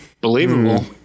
Believable